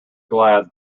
glad